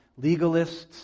Legalists